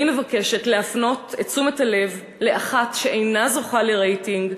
אני מבקשת להפנות את תשומת הלב לאחת שאינה זוכה לרייטינג,